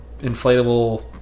inflatable